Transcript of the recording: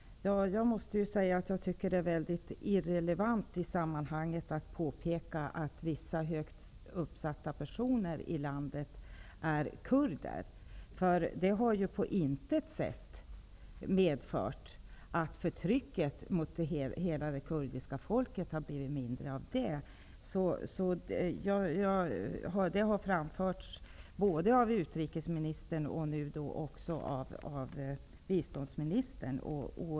Fru talman! Jag måste säga att jag tycker att det är irrelevant i sammanhanget att påpeka att vissa högt uppsatta personer i landet är kurder. Det har på intet sätt medfört att förtrycket mot hela det kurdiska folket blivit mindre. Det har framförts både av utrikesministern och av biståndsministern.